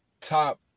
top